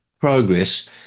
progress